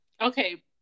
Okay